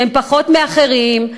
שהם פחות מאחרים,